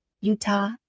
Utah